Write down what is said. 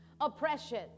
oppression